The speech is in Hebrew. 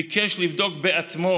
ביקש לבדוק בעצמו